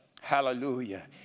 Hallelujah